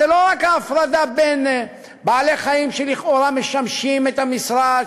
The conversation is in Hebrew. זו לא רק ההפרדה בין בעלי-חיים שלכאורה משמשים את המשרד,